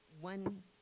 one